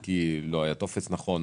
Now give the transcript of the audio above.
כי לא היה טופס נכון,